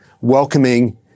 welcoming